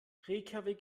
reykjavík